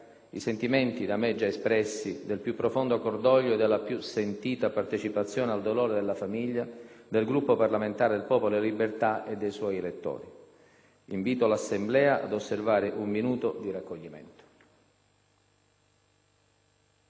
i sentimenti da me già espressi del più profondo cordoglio e della più sentita partecipazione al dolore della famiglia, del Gruppo parlamentare del Popolo della Libertà e dei suoi elettori. Invito l'Assemblea a osservare un minuto di raccoglimento.